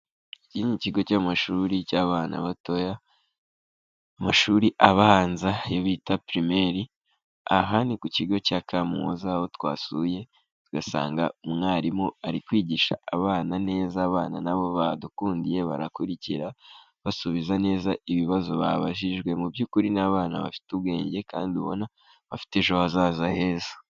Iki ni ikigo cy'amashuri cy'abana batoya amashuri abanza ayo bita primaire. Aha ni ku kigo cya Kamuhoza aho twasuye tugasanga umwarimu ari kwigisha abana neza. Abana na bo badukundiye barakurikira basubiza neza ibibazo babajijwe. Mu by'ukuri ni abana bafite ubwenge kandi ubona bafite ejo hazaza heza.